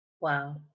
wow